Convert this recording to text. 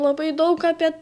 labai daug apie